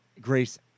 Grace